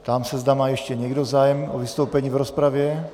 Ptám se, zda má ještě někdo zájem o vystoupení v rozpravě.